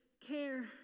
care